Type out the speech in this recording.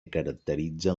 caracteritzen